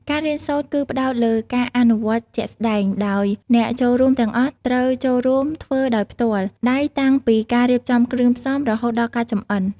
ការរៀនសូត្រគឺផ្តោតលើ ការអនុវត្តជាក់ស្តែង ដោយអ្នកចូលរួមទាំងអស់ត្រូវចូលរួមធ្វើដោយផ្ទាល់ដៃតាំងពីការរៀបចំគ្រឿងផ្សំ រហូតដល់ការចម្អិន។